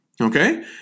okay